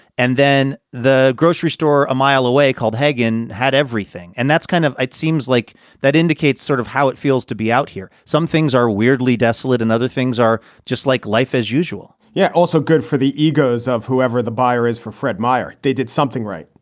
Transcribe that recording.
and then the grocery store a mile away called hagon had everything. and that's kind of it seems like that indicates sort of how it feels to be out here. some things are weirdly desolate and other things are just like life as usual yeah. also good for the egos of whoever the buyer is for fred meyer. they did something, right?